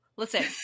listen